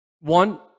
One